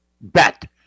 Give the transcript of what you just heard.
bet